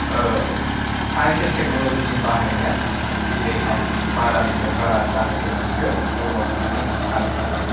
science and टेक्न'ल'जिनि बाहायनाया दिनैहाय बारानिफ्राय बारा जानो गोनांसो दङ होननानै आं सानो